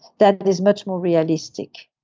that is much more realistic.